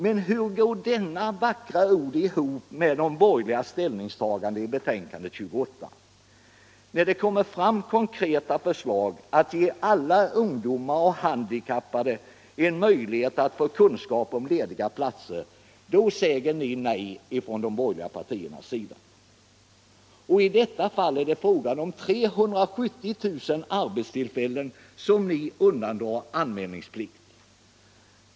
Men hur går detta vackra tal ihop med de borgerligas ställningstagande i inrikesutskottets betänkande nr 28? När det kommer till konkreta förslag att ge alla ungdomar och handikappade möjlighet att få kunskap om lediga platser, säger ni nej från de borgerliga partiernas sida. Och i detta fall är det fråga om 370 000 arbetstillfällen som ni undandrar anmälningsplikt.